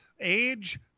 age